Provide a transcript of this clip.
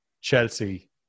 Chelsea